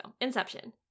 Inception